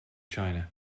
china